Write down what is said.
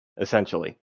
Essentially